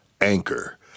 Anchor